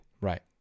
Right